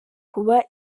kuba